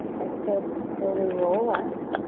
exhale to slowly roll up.